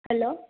hello